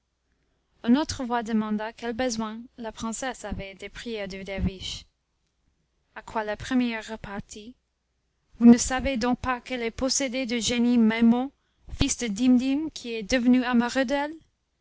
une autre voix demanda quel besoin la princesse avait des prières du derviche à quoi la première repartit vous ne savez donc pas qu'elle est possédée du génie maimoun fils de dimdim qui est devenu